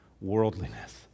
Worldliness